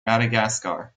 madagascar